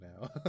now